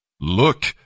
Look